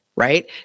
right